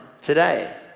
today